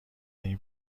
این